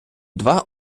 два